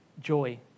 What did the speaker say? Joy